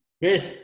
Chris